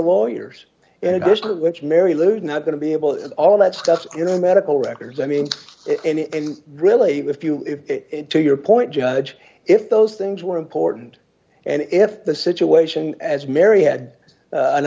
lawyers and which mary lou not going to be able is all that stuff in the medical records i mean and really if you it to your point judge if those things were important and if the situation as mary had an